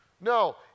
No